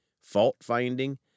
fault-finding